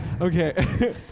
okay